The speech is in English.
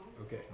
Okay